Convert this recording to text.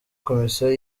komisiyo